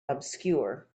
obscure